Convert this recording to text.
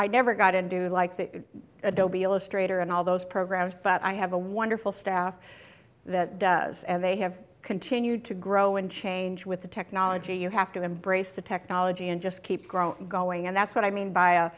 i never got into like that adobe illustrator and all those programs but i have a wonderful staff that does and they have continued to grow and change with the technology you have to embrace the technology and just keep growing going and that's what i mean by a